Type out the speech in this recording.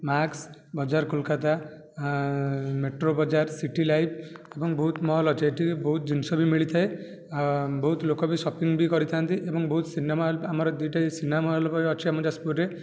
ମାକ୍ସ ବଜାର କୋଲକାତା ମେଟ୍ରୋ ବଜାର City Life ଏବଂ ବହୁତ ମଲ୍ ଅଛି ଏଠି ବି ବହୁତ ଜିନିଷ ବି ମିଳିଥାଏ ବହୁତ ଲୋକ ବି ସପିଂ ବି କରିଥାନ୍ତି ଏବଂ ବହୁତ ସିନେମା ହଲ୍ ଆମର ଦିଟା ଏଇ ସିନେମା ହଲ୍ ବି ଅଛି ଆମ ଯାଜପୁରରେ